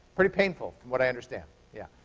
pretty painful from what i understand, yeah.